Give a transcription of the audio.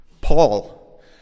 Paul